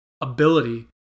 ability